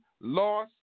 loss